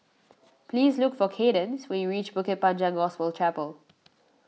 please look for Cadence when you reach Bukit Panjang Gospel Chapel